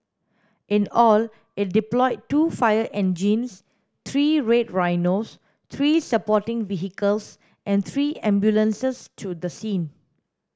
in all it deployed two fire engines three Red Rhinos three supporting vehicles and three ambulances to the scene